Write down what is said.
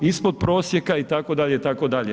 Ispod prosjeka itd., itd.